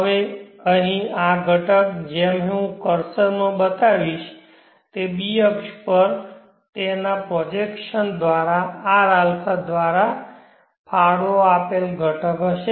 હવે અહીં આ ઘટક જેમ કે હું કર્સરમાં બતાવીશ તે b અક્ષ પર તેના પ્રોજેક્શન દ્વારા rα દ્વારા ફાળો આપેલ ઘટક હશે